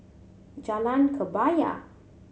Jalan Kebaya